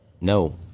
No